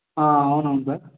అవునవును సార్